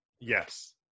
yes